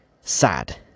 sad